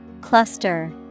Cluster